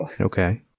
Okay